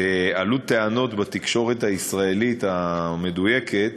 שעלו טענות בתקשורת הישראלית המדויקת,